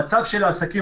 המצב של העסקים,